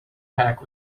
pack